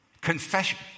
Confession